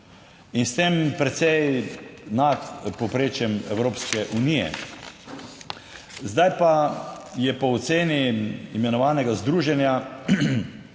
in s tem precej nad povprečjem Evropske unije, zdaj pa je po oceni imenovanega združenja